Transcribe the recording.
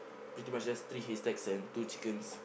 pretty much just three hay stacks and two chickens